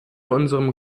unserem